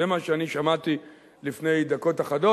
זה מה שאני שמעתי לפני דקות אחדות,